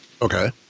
Okay